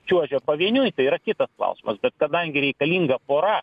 čiuožia pavieniui tai yra kitas klausimas bet kadangi reikalinga pora